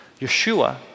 Yeshua